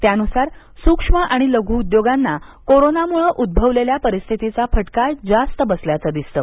त्यानुसार सूक्ष्म आणि लघू उद्योगांना कोरोनामुळे उद्भवलेल्या परिस्थितीचा फटका जास्त बसल्याचं दिसतं